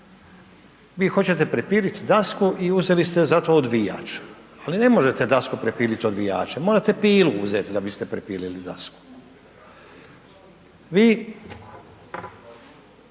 Vi hoćete prepiliti dasku i uzeli ste za to odvijač, ali ne možete dasku prepiliti odvijačem morate pilu uzeti da biste prepilili dasku. Vi